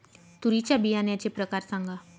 तूरीच्या बियाण्याचे प्रकार सांगा